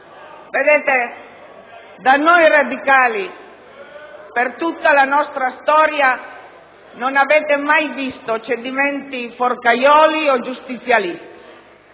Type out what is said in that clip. Vedete, da noi radicali, per tutta la nostra storia, non avete mai visto cedimenti forcaioli o giustizialisti.